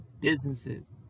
Businesses